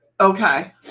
Okay